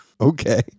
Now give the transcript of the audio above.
Okay